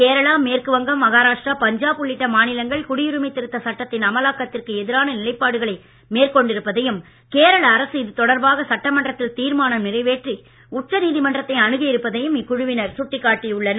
கேரளா மேற்கு வங்கம் மஹாராஷ்டிரா பஞ்சாப் உள்ளிட்ட மாநிலங்கள் குடியுரிமை திருத்தச் சட்டத்தின் அமலாக்கத்திற்கு எதிரான நிலைப்பாடுகளை மேற்கொண்டு இருப்பதையும் கேரள அரசு இது தொடர்பாக சட்டமன்றத்தில் தீர்மானம் நிறைவேற்றி உச்ச நீதிமன்றத்தை அனுகியிருப்பதையும் இக்குழுவினர் சுட்டிக் காட்டியுள்ளனர்